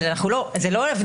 אבל זאת לא הבניה.